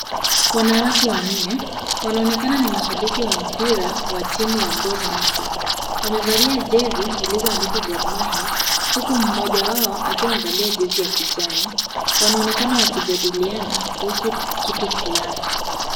Wanawake wanne wanaonekana ni mashabiki wa mpira wa timu ya Gormahia. Wamevalia jezi zilizoandikwa Gormahia huku mmoja wao, akiwa amevalia jezi ya kijani. Wanaonekana wakijadiliana kuhusu kitu fulani.